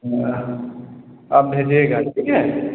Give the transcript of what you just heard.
हाँ आप भेजिएगा ठीक है